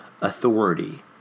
authority